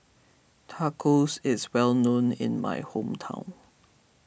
Tacos is well known in my hometown